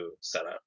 setup